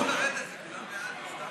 לרדת, כולם בעד.